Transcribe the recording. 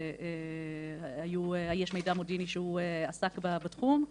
יש מידע מודיעיני שהוא עסק בתחום,